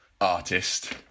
artist